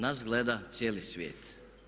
Nas gleda cijeli svijet.